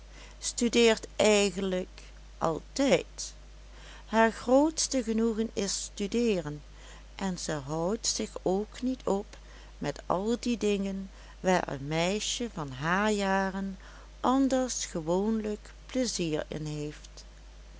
studeert eigenlijk altijd haar grootste genoegen is studeeren en ze houdt zich ook niet op met al die dingen waar een meisje van haar jaren anders gewoonlijk pleizier in heeft